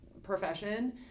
Profession